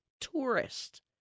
tourist